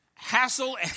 hassle